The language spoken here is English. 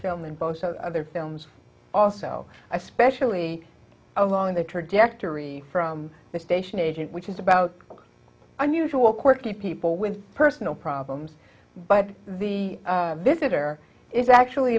film and both other films also especially along the trajectory from the station agent which is about unusual quirky people with personal problems but the visitor is actually